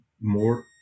more